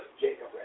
Jacob